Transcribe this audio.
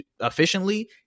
efficiently